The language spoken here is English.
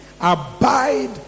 abide